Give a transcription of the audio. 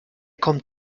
kommt